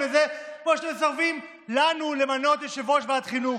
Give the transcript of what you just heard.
אתם מסרבים לזה כמו שאתם מסרבים למנות לנו יושב-ראש לוועדת החינוך.